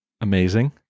Amazing